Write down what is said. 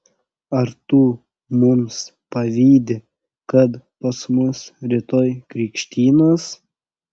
ar tu mums pavydi kad pas mus rytoj krikštynos